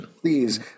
Please